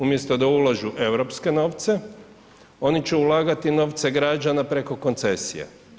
Umjesto da ulažu europske novce, oni će ulagati novce građana preko koncesija.